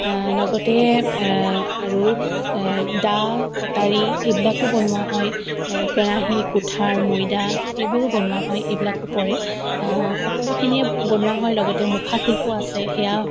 লগতে আৰু দা কটাৰী এইবিলাকো বনোৱা হয় কেৰাহী কুঠাৰ মৈদা এইবোৰো বনোৱা হয় এইবিলাকো পৰে সকলোখিনিয়ে বনোৱা হয় লগতে মুখা শিল্প আছে সেয়া